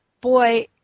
boy